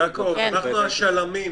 יעקב, אנחנו השַׁלָּמִים.